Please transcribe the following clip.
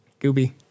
Gooby